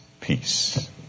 peace